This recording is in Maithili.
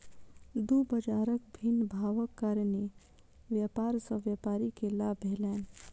दू बजारक भिन्न भावक कारणेँ व्यापार सॅ व्यापारी के लाभ भेलैन